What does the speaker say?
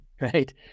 right